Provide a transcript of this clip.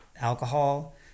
alcohol